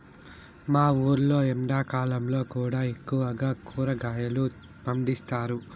మా ఊర్లో ఎండాకాలంలో కూడా ఎక్కువగా కూరగాయలు పండిస్తారు